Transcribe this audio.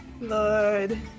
Lord